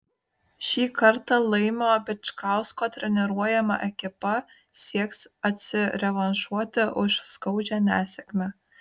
šį kartą laimio bičkausko treniruojama ekipa sieks atsirevanšuoti už skaudžią nesėkmę